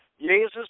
Jesus